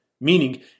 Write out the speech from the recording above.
meaning